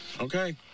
Okay